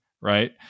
right